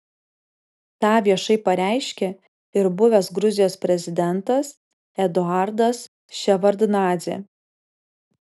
tą viešai pareiškė ir buvęs gruzijos prezidentas eduardas ševardnadzė